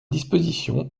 disposition